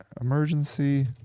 emergency